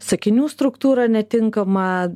sakinių struktūra netinkamą